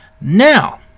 Now